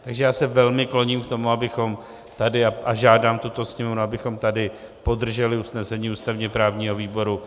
Takže já se velmi kloním k tomu a žádám tuto Sněmovnu, abychom tady podrželi usnesení ústavněprávního výboru.